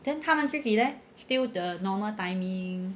then 他们自己 leh still the normal timing